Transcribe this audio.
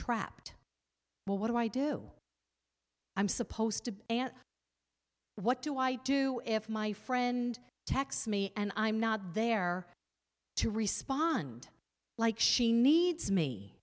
trapped well what do i do i'm supposed to what do i do if my friend attacks me and i'm not there to respond like she needs me